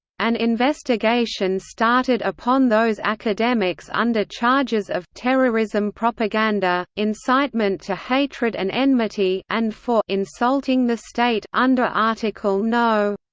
an investigation started upon those academics under charges of terrorism propaganda, incitement to hatred and enmity and for insulting the state under article no.